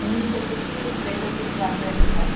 meals వచ్చేసి plate వచ్చేసి one twenty sir